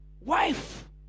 wife